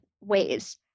ways